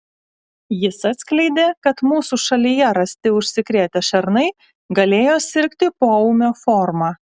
jis atskleidė kad mūsų šalyje rasti užsikrėtę šernai galėjo sirgti poūme forma